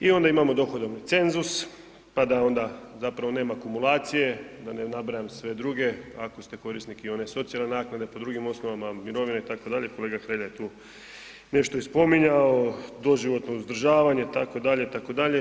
I onda imamo dohodovni cenzus, pa da onda zapravo nema kumulacije, da ne nabrajam sve druge, ako ste korisnik i one socijalne naknade, po drugim osnovama, mirovine, itd., kolega Hrelja je tu nešto i spominjao, doživotno uzdržavanje, tako dalje, tako dalje.